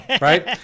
Right